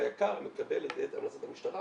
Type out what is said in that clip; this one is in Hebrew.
היק"ר מקבל את המלצת המשטרה